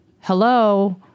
hello